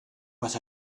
but